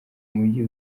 mugi